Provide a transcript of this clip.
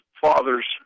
father's